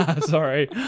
Sorry